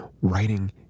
writing